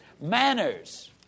manners